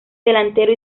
delantero